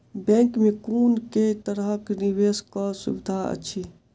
Bank मे कुन केँ तरहक निवेश कऽ सुविधा अछि?